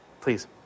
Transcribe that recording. Please